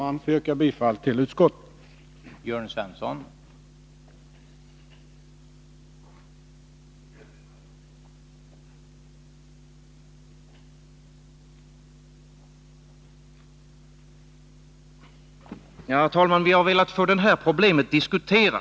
Jag ber att få ansluta mig till vad utskottet har anfört.